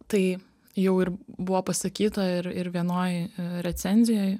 tai jau ir buvo pasakyta ir ir vienoj recenzijoj